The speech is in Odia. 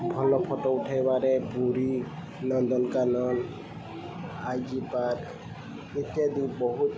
ଭଲ ଫଟୋ ଉଠେଇବାରେ Puri Nandankanan I G park ଇତ୍ୟାଦି ବହୁତ